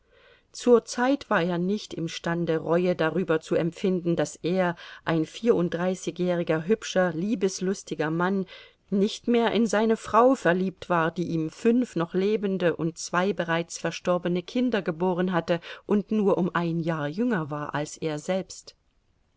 zur zeit war er nicht imstande reue darüber zu empfinden daß er ein vierunddreißigjähriger hübscher liebeslustiger mann nicht mehr in seine frau verliebt war die ihm fünf noch lebende und zwei bereits verstorbene kinder geboren hatte und nur um ein jahr jünger war als er selbst